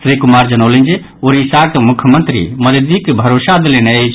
श्री कुमार जनौलनि जे ओडिसाक मुख्यमंत्री मददिक भरोसा देलनि अछि